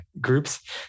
groups